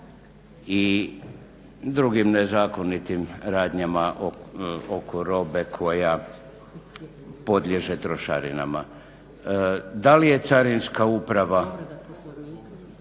i drugim nezakonitim radnjama oko robe koja podliježe trošarinama. Da li je Carinska uprava